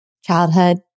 childhood